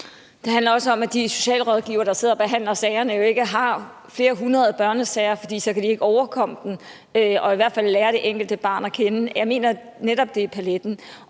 Det handler også om, at de socialrådgivere, der sidder og behandler sagerne, jo ikke har flere hundrede børnesager, for så kan de ikke overkomme dem og i hvert fald ikke lære det enkelte barn at kende – jeg mener netop, det er paletten.